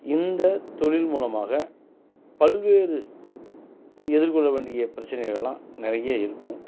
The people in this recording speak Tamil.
இந்த தொழில் மூலமாக பல்வேறு எதிர்கொள்ள வேண்டிய பிரச்சனைகள்லாம் நிறைய இருக்கும்